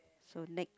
so next